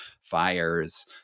fires